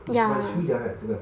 but is free 的 right 这个